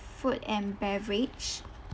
food and beverage